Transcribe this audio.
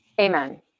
Amen